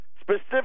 specific